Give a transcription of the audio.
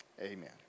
Amen